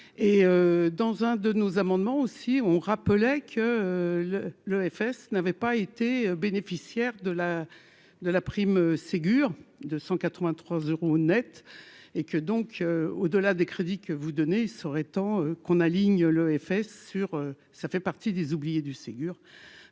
et dans un de nos amendements, aussi, on rappelait que le l'EFS n'avait pas été bénéficiaire de la de la prime Ségur de 183 euros Net et que donc au delà des crédits que vous donnez, il serait temps qu'on aligne le EFS sur ça fait partie des oubliées du Ségur